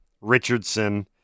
Richardson